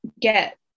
get